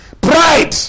Pride